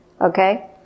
Okay